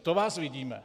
To vás vidíme.